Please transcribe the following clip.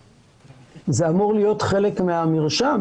זה אמור להיות חלק מהמרשם,